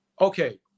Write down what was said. okay